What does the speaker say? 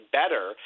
better